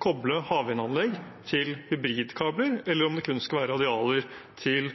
koble havvindanlegg til hybridkabler eller om det kun skal være radialer til